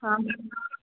ಹಾಂ